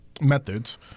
methods